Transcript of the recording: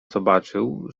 zobaczył